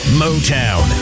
motown